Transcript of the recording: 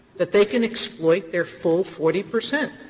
that they can exploit their full forty percent?